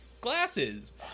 glasses